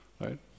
right